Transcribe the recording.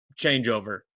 changeover